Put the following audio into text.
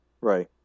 right